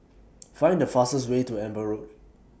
Find The fastest Way to Amber Road